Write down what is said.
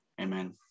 amen